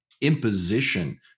imposition